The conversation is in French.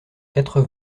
quatre